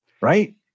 Right